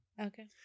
Okay